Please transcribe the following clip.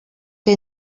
que